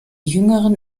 jüngeren